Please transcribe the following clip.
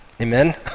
Amen